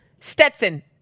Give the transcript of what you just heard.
Stetson